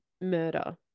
murder